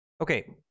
Okay